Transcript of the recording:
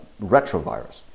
retrovirus